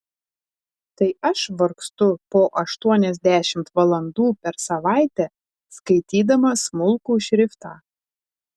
tai aš vargstu po aštuoniasdešimt valandų per savaitę skaitydama smulkų šriftą